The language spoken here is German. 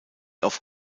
auf